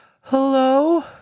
Hello